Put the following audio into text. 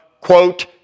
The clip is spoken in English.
quote